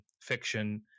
fiction